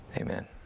Amen